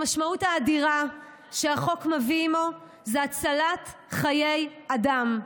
המשמעות האדירה שהחוק מביא עימו היא הצלת חיי אדם,